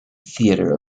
theatre